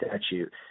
statute